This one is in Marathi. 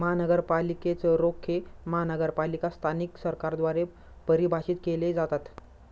महानगरपालिकेच रोखे महानगरपालिका स्थानिक सरकारद्वारे परिभाषित केले जातात